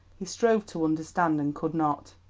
he strove to understand and could not.